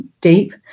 deep